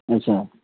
अच्छा